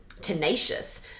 tenacious